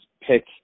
pick